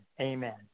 Amen